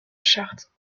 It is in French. chartres